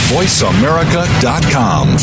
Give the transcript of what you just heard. VoiceAmerica.com